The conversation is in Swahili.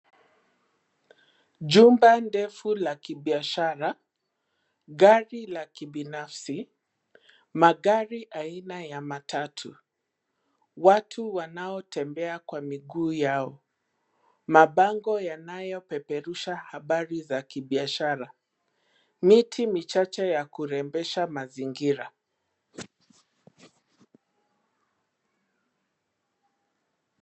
Jumba ndefu la kibiashara. Gari la kibinafsi. Magari aina ya matatu. Watu wanao tembea kwa miguu yao. Mbango yanayo peperusha habari za kibiashara. Miti michache ya kurembesha mazingira.